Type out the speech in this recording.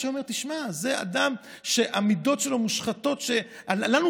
או שהוא היה אומר: זה אדם שהמידות שלו מושחתות ולנו,